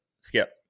skip